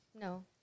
no